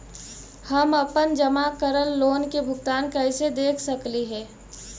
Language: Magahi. हम अपन जमा करल लोन के भुगतान कैसे देख सकली हे?